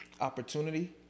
opportunity